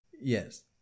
Yes